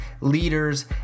leaders